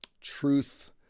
Truth